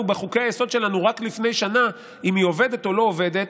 בחוקי-היסוד שלנו רק לפני שנה עובדת או לא עובדת,